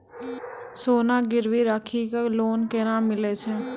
सोना गिरवी राखी कऽ लोन केना मिलै छै?